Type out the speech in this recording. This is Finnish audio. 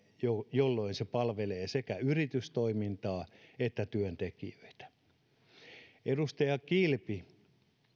jolloin se palvelee sekä yritystoimintaa että työntekijöitä edustaja kilpi